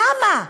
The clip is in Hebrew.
למה?